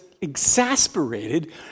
exasperated